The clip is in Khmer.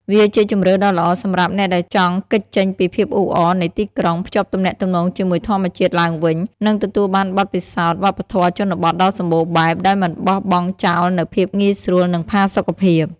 វាជាជម្រើសដ៏ល្អសម្រាប់អ្នកដែលចង់គេចចេញពីភាពអ៊ូអរនៃទីក្រុង ភ្ជាប់ទំនាក់ទំនងជាមួយធម្មជាតិឡើងវិញ និងទទួលបានបទពិសោធន៍វប្បធម៌ជនបទដ៏សម្បូរបែប ដោយមិនបោះបង់ចោលនូវភាពងាយស្រួល និងផាសុកភាព។